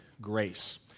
grace